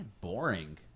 boring